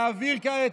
להעביר כעת.